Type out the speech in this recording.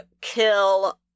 kill